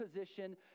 position